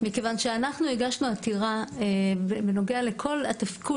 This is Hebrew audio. מכיוון שאנחנו הגשנו עתירה בנוגע לכל התפקוד